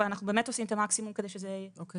אבל אנחנו באמת עושים את המקסימום כדי שהפגיעה תצטמצם.